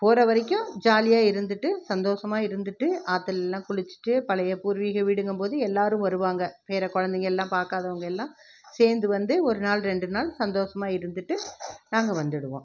போகிற வரைக்கும் ஜாலியாக இருந்துவிட்டு சந்தோஷமா இருந்துவிட்டு ஆற்றுலலாம் குளிச்சிவிட்டு பழைய பூர்வீக வீடுங்கும்போது எல்லோரும் வருவாங்க பேரக்குழந்தைங்க எல்லாம் பார்க்காதவங்க எல்லாம் சேர்ந்து வந்து ஒரு நாள் ரெண்டு நாள் சந்தோஷமா இருந்துவிட்டு நாங்கள் வந்துவிடுவோம்